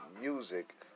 music